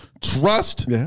Trust